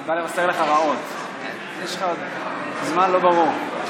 יש לך עוד זמן לא ברור.